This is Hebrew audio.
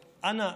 אנא.